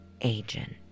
agent